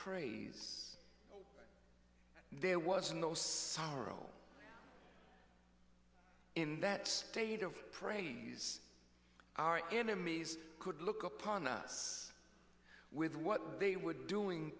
praise there was no sorrow in that state of praise our enemies could look upon us with what they were doing